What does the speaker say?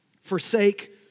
forsake